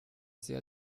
sehr